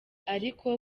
ariko